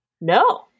No